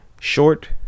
short